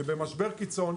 שבמשבר קיצון,